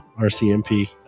RCMP